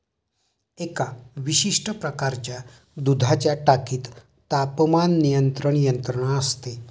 एका विशिष्ट प्रकारच्या दुधाच्या टाकीत तापमान नियंत्रण यंत्रणा असते